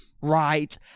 Right